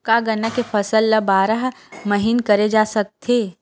का गन्ना के फसल ल बारह महीन करे जा सकथे?